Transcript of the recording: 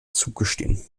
zugestehen